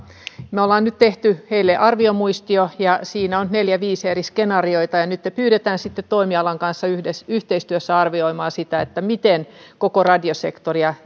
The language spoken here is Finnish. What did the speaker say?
me olemme nyt tehneet heille arviomuistion ja ja siinä on neljä viiva viisi eri skenaariota ja nyt pyydämme toimialan kanssa yhteistyössä arvioimaan sitä miten koko radiosektoria